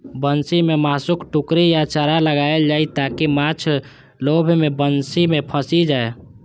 बंसी मे मासुक टुकड़ी या चारा लगाएल जाइ, ताकि माछ लोभ मे बंसी मे फंसि जाए